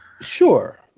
Sure